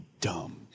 dumb